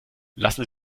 lassen